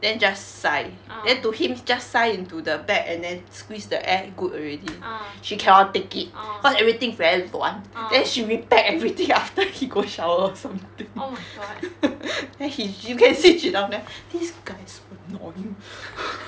then just 塞 then to him just 塞 into the bag and then ts~ squeeze the air good already she cannot take it cause everything is very 乱 then she repack everything after he go shower or something then he you go and see she down there this guy so annoying